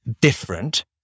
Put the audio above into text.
different